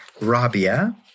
Rabia